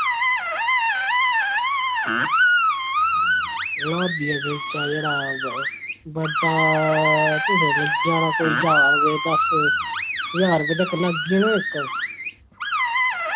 लाब्बियै गलीचा जेह्ड़ा बड्डा थोआढ़ा लग्गी जाना कोई चार बाय दस ज्हार रपे तक लग्गी जाना इक